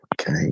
Okay